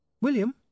William